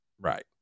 Right